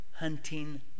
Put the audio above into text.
Hunting